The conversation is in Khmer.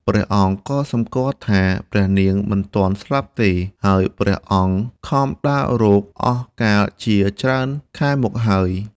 ព្រះអង្គក៏សំគាល់ថា ព្រះនាងមិនទាន់ស្លាប់ទេ ហើយព្រះអង្គខំដើររកអស់កាលជាច្រើនខែមកហើយ ។